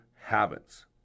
habits